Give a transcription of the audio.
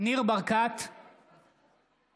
גילה גמליאל, אינה